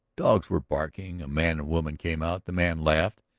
dogs were barking, a man and woman came out. the man laughed.